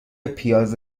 پیاز